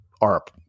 ARP